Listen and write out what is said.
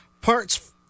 parts